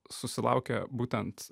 susilaukė būtent